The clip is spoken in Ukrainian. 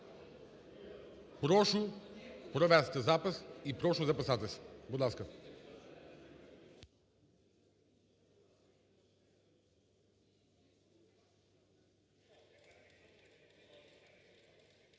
Прошу провести запис і прошу записатись. Будь ласка.